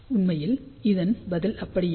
உண்மையில் இதன் பதில் அப்படி இல்லை